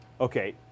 okay